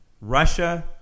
russia